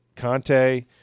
Conte